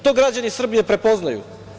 To građani Srbije prepoznaju.